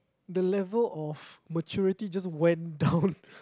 the level of maturity just went down